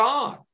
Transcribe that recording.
God